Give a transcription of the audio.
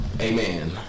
amen